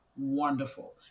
wonderful